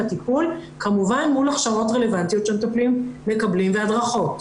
הטיפול כמובן מול הכשרות רלוונטיות שמטפלים מקבלים והדרכות.